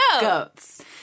goats